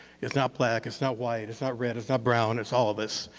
it's not black, it's not white, it's not red, it's not brown, it's all of us,